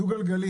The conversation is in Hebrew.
דו גלגלי.